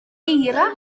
eira